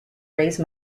raise